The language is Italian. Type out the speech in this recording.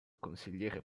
consigliere